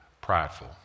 prideful